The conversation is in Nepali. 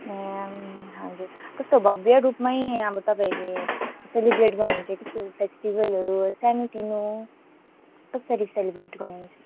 ए हजुर हजुर कस्तो भव्य रूपमै अब तपाईँहरूले सेलिब्रेट गर्नुहुन्छ कि त्यो फेस्टिभलहरू सानोतिनो कसरी सेलिब्रेट गर्नुहुन्छ